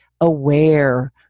aware